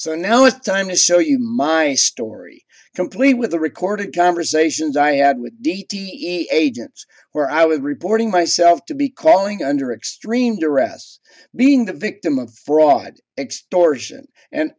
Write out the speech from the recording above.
so now it's time to show you my story complete with the recorded conversations i had with d t agents where i was reporting myself to be calling under extreme duress being the victim of fraud extortion and